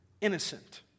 innocent